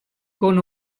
con